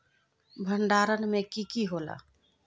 भण्डारण में की की होला?